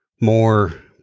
more